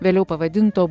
vėliau pavadinto